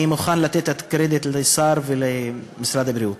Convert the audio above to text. אני מוכן לתת את הקרדיט לשר ולמשרד הבריאות.